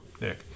Nick